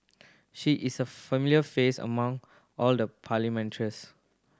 she is a familiar face among all the